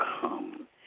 come